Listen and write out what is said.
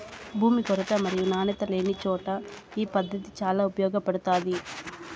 భూమి కొరత మరియు నాణ్యత లేనిచోట ఈ పద్దతి చాలా ఉపయోగపడుతాది